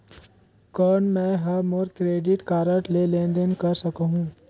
कौन मैं ह मोर क्रेडिट कारड ले लेनदेन कर सकहुं?